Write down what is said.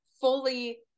fully